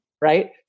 right